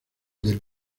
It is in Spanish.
del